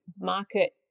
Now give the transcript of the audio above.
market